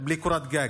בלי קורת גג.